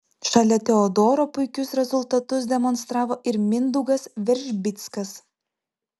šalia teodoro puikius rezultatus demonstravo ir mindaugas veržbickas